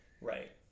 Right